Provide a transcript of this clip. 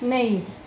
नेईं